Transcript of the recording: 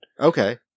okay